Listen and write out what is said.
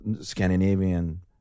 Scandinavian